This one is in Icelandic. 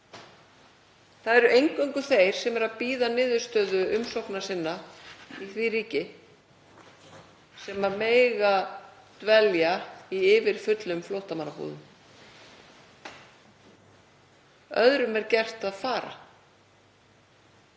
Það eru eingöngu þeir sem eru að bíða niðurstöðu umsókna sinna í því ríki sem mega dvelja í yfirfullum flóttamannabúðum. Öðrum er gert að fara.